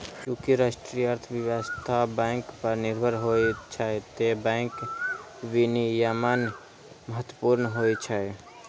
चूंकि राष्ट्रीय अर्थव्यवस्था बैंक पर निर्भर होइ छै, तें बैंक विनियमन महत्वपूर्ण होइ छै